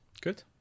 good